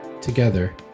Together